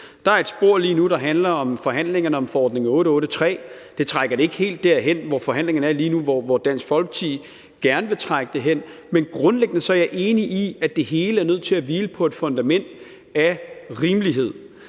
Der er et spor lige nu, der handler om forhandlingerne om forordning 883, og i forhold til hvor forhandlingerne er lige nu, bliver det ikke trukket helt derhen, hvor Dansk Folkeparti gerne vil trække det hen. Men grundlæggende er jeg enig i, at det hele er nødt til at hvile på et fundament af rimelighed.